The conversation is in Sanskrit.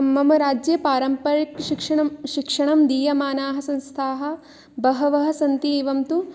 मम राज्ये पारम्परिकशिक्षणं शिक्षणं दीयमानाः संस्थाः बहवः सन्ति एवं तु